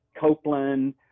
Copeland